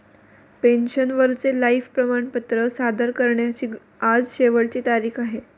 पेन्शनरचे लाइफ प्रमाणपत्र सादर करण्याची आज शेवटची तारीख आहे